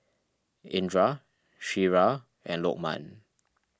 Indra Syirah and Lokman